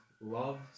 Love